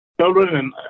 children